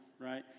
right